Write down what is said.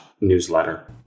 newsletter